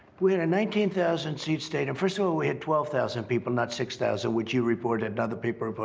we had a nineteen thousand seat stadium. first of all, we had twelve thousand people, not six thousand, which you reported and other people but